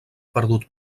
perdut